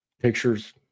pictures